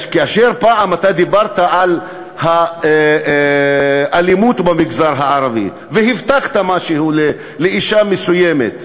פעם דיברת על אלימות במגזר הערבי והבטחת משהו לאישה מסוימת,